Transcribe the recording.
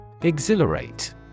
Exhilarate